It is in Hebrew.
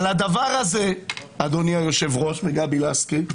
על הדבר הזה, אדוני היושב-ראש וגבי לסקי,